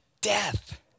death